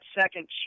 second